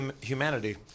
humanity